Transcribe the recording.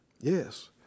Yes